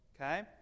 Okay